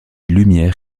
lumière